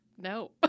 No